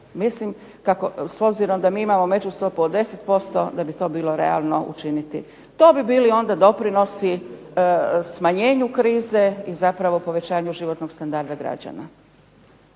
mislim s obzirom da mi imamo međustopu od 10% da bi to bilo realno učiniti. To bi bili onda doprinosi smanjenju krize i zapravo povećanju životnog standarda građana.